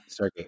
Stargate